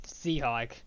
Seahawk